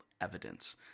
evidence